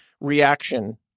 reaction